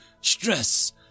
stress